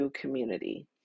community